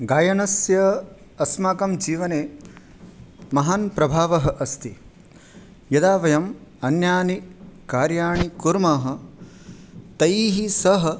गायनस्य अस्माकं जीवने महान् प्रभावः अस्ति यदा वयम् अन्यानि कार्याणि कुर्मः तैः सह